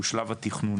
הוא שלב התכנון,